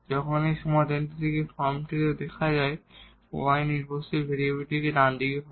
যখন সমাধানটি এই ফর্মটিতে দেওয়া হয় যে y ডিপেন্ডেট ভেরিয়েবলটি ডানদিকে হবে